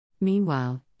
Meanwhile